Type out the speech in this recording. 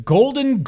Golden